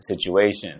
situation